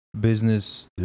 business